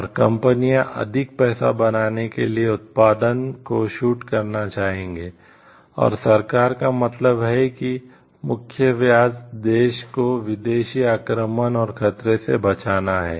और कंपनियां अधिक पैसा बनाने के लिए उत्पादन को शूट करना चाहेंगी और सरकार का मतलब है कि मुख्य ब्याज देश को विदेशी आक्रमण और खतरे से बचाना है